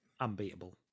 Unbeatable